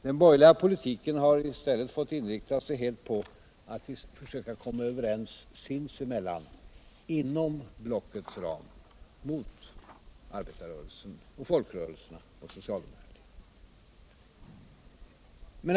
Den borgerliga politiken har i stället fått inrikta sig helt på att försöka komma överens sinsemellan inom blockets ram mot arbetarrörelsen, folkrörelserna och socialdemokraterna. Men.